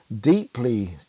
deeply